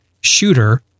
shooter